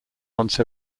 once